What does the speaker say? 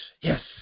yes